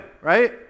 right